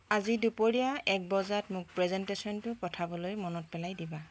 আজি দুপৰীয়া এক বজাত মোক প্ৰেজেণ্টেশ্যনটো পঠাবলৈ মনত পেলাই দিবা